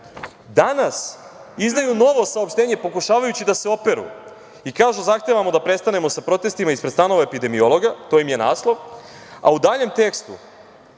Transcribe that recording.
danas izdaju novo saopštenje pokušavajući da se operu i kažu zahtevamo da prestanemo sa protestima ispred stanova epidemiologa, to im je naslov, a u daljem tekstu